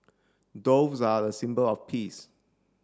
doves are a symbol of peace